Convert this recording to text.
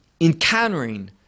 encountering